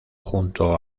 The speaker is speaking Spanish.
junto